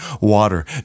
water